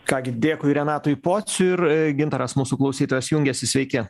ką gi dėkui renatui pociui ir gintaras mūsų klausytojas jungiasi sveiki